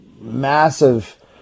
massive